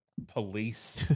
police